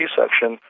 section